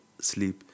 sleep